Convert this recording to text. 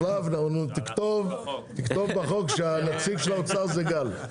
תכתוב בחוק שהנציג של האוצר זה גל,